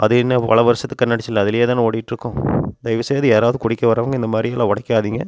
அது என்ன பல வருஷத்து கண்ணாடி சில்லு அதுலேயே தானே ஓடிட்டுருக்கோம் தயவு செய்து யாராவது குடிக்க வரவங்க இந்த மாதிரியெல்லாம் உடைக்காதீங்க